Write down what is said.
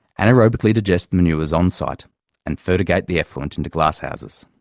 anaerobically digest the manures on site and fertigate the effluent into glass houses.